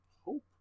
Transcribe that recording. hope